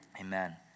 Amen